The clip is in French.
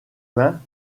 vin